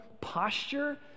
posture